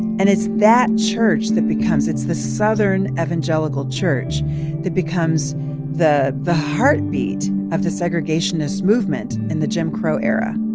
and it's that church that becomes it's the southern evangelical church that becomes the the heartbeat of the segregationist movement in the jim crow era.